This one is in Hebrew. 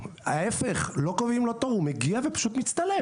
ההפך לא קובעים לו תור, הוא מגיע ופשוט מצטלם.